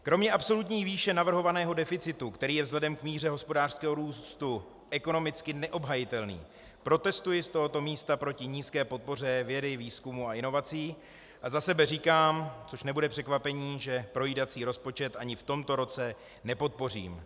Kromě absolutní výše navrhovaného deficitu, který je vzhledem k míře hospodářského růstu ekonomicky neobhajitelný, protestuji z tohoto místa proti nízké podpoře vědy, výzkumu a inovací a za sebe říkám, což nebude překvapení, že projídací rozpočet ani v tomto roce nepodpořím.